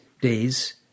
days